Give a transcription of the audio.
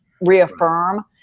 reaffirm